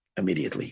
immediately